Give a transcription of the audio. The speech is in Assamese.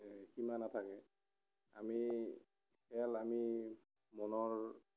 এই সীমা নাথাকে আমি খেল আমি মনৰ